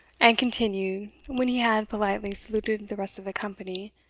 and continued, when he had politely saluted the rest of the company,